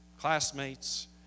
classmates